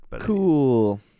Cool